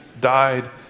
died